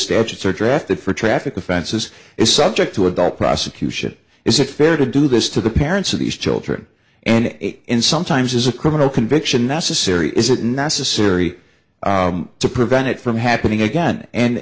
statutes are drafted for traffic offenses is subject to adult prosecution is it fair to do this to the parents of these children and in some times is a criminal conviction necessary is it necessary to prevent it from happening again and